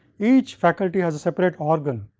each faculty has a separate organ,